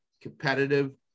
competitive